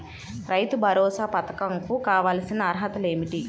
రైతు భరోసా పధకం కు కావాల్సిన అర్హతలు ఏమిటి?